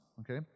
okay